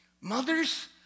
Mothers